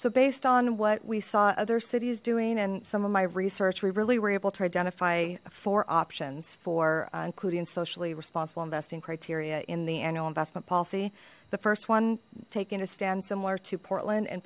so based on what we saw other cities doing and some of my research we really were able to identify four options for including socially responsible investing criteria in the annual investment policy the first one taking a stand similar to portland and